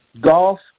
golf